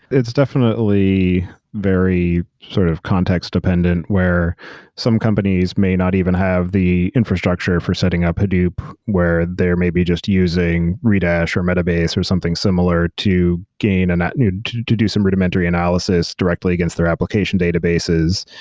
it's definitely very sort of context-dependent, where some companies may not even have the infrastructure for setting up hadoop, where they're may be just using redash, or metabase, or something similar to gain and that need to to do some rudimentary analysis directly against their application databases.